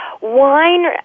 wine